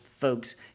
Folks